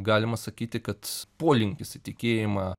galima sakyti kad polinkis į tikėjimą